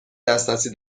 دسترسی